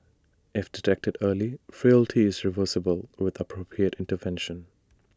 if detected early frailty is reversible with appropriate intervention